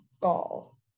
gall